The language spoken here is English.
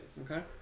Okay